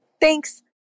Thanks